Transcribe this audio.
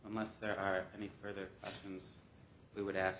unless there are any further since we would ask